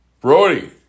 Brody